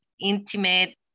intimate